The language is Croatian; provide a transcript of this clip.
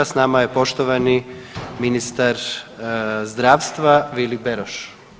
S nama je poštovani ministar zdravstva Vili Beroš.